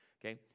okay